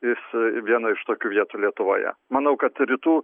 iš vieno iš tokių vietų lietuvoje manau kad rytų